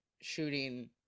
shooting